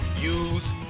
use